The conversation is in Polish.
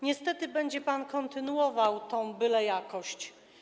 Niestety będzie pan kontynuował tę bylejakość.